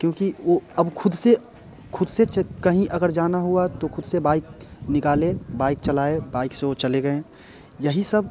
क्योंकि वो अब ख़ुद से ख़ुद से कहीं अगर जाना हुआ तो ख़ुद से बाइक निकाले बाइक चलाए बाइक से वो चले गए यही सब